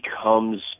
becomes